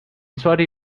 saudi